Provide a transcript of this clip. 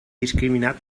discriminat